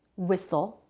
whistle,